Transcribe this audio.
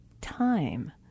time